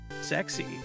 Sexy